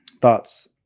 thoughts